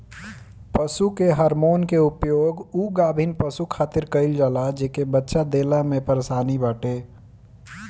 पशु के हार्मोन के प्रयोग उ गाभिन पशु खातिर कईल जाला जेके बच्चा देला में परेशानी बाटे